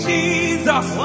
Jesus